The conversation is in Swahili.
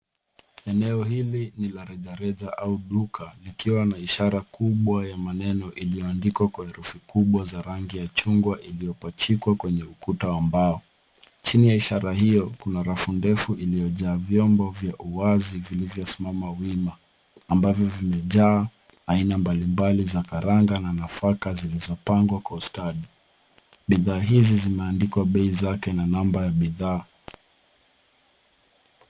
Eneo hili ni la reja reja au duka likiwa na ishara kubwa ya maneno iliyoandikwa kwa herufi kubwa za rangi ya chungwa iliyopachikwa kwenye ukuta wa mbao. Chini ya ishara hiyo Kuna rafu ndefu iliyojaa vyombo vya uwazi vilivyo simama wima, ambavyo vimejaa aina mbali mbali za karanga na nafaka zilizopangwa kwa ustadi. Bidhaa hizi zimeandikwa bei zake na namba ya bidhaa.